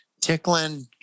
tickling